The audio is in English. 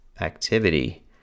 activity